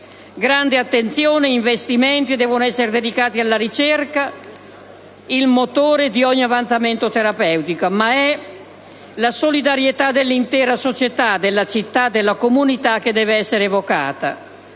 Grande attenzione e investimenti devono essere dedicati alla ricerca, il motore di ogni avanzamento terapeutico, ma è la solidarietà dell'intera società, della città, della comunità che deve essere evocata.